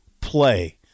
play